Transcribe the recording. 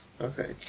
Okay